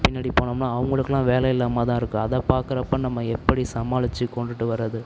பின்னாடி போனோம்னால் அவங்களுக்குலாம் வேலை இல்லாமல்தான் இருக்குத் அதை பார்க்குறப்ப நம்ம எப்படி சமாளிச்சு கொண்டுகிட்டு வர்றது